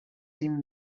team